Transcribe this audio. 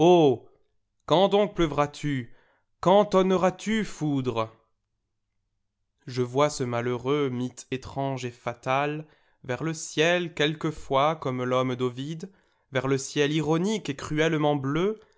quand donc pleuvras tu quand tonneras tu foudre je vois ce malheureux mythe étrange et fatal vers le ciel quelquefois comme l'homme d'ovide vers le ciel ironique et cruellement bleu